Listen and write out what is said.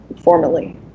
formally